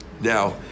Now